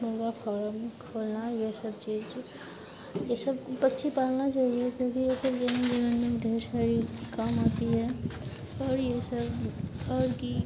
मुर्गा फारम खोलना ये सब चीज ये सब पक्षी पालना चाहिए क्योंकि ये सब दैनिक जीवन में ढेर सारी काम आती है और ये सब और की